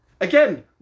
Again